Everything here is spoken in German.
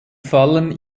fallen